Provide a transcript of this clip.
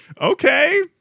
okay